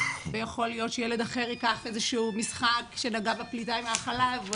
ויכול להיות שילד אחר ייקח איזשהו משחק שנגע בפליטה עם החלב,